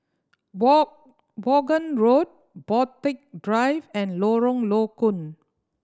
Vaughan Road Borthwick Drive and Lorong Low Koon